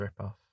ripoff